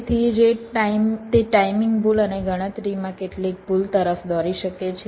તેથી તે ટાઈમિંગ ભૂલ અને ગણતરીમાં કેટલીક ભૂલ તરફ દોરી શકે છે